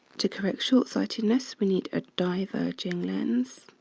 to correct shortsightedness, we need a diverging lens.